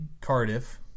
Cardiff